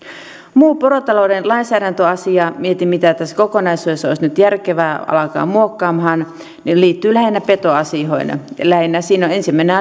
muu porotalouden lainsäädäntöasia mietin mitä tässä kokonaisuudessa olisi nyt järkevää alkaa muokkaamaan ja ne asiat liittyvät lähinnä petoasioihin lähinnä siinä on on ensimmäinen